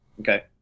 okay